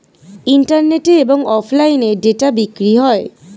ইন্টারনেটে এবং অফলাইনে ডেটা বিক্রি হয়